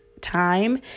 time